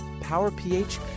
Power-PH